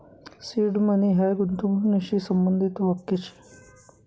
seed money हायी गूंतवणूकशी संबंधित वाक्य शे